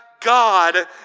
God